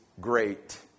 great